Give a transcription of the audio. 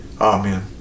Amen